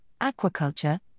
aquaculture